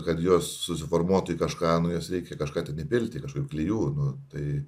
kad jos susiformuotų į kažką nu į jas reikia kažką ten įpilti kažkokių tai klijų nu tai